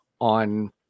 on